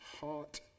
heart